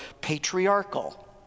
patriarchal